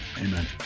Amen